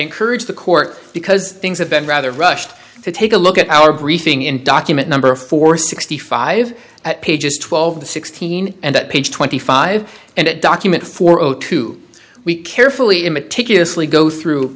encourage the court because things have been rather rushed to take a look at our briefing in document number four sixty five at pages twelve sixteen and page twenty five and it document four o two we carefully in meticulously go through